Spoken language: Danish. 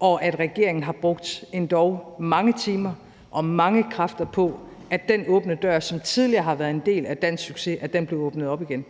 og at regeringen har brugt endog mange timer og mange kræfter på, at den åbne dør, som tidligere har været en del af dansk succes, blev åbnet op igen.